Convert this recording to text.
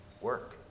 work